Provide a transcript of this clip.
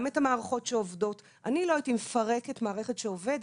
גם המערכות שעובדות אני לא הייתי מפרקת מערכת שעובדת,